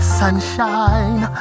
sunshine